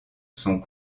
sont